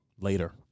later